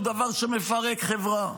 הוא דבר שמפרק חברה.